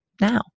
now